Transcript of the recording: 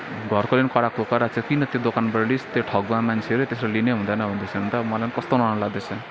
घरकाहरूले पनि कराएको कराएकै छ किन त्यो दोकानबाट लिइस् त्यो ठगुवा मान्छे अरे त्यसबाट लिनु नै हुँदैन भन्दैछ नि त मलाई पनि कस्तो नराम्रो लाग्दैछ